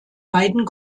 beiden